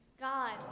God